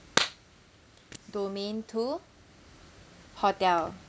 domain two hotel